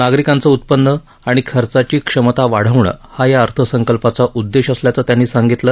नागरिकांचं उत्पन्न आणि खर्चाची क्षमता वाढवणं हा या अर्थसंकल्पाचा उददेश असल्याचं त्यांनी सांगितलं